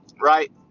Right